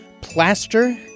plaster